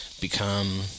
become